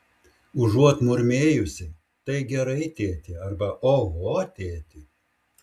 užuot murmėjusi tai gerai tėti arba oho tėti